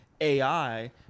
AI